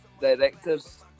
directors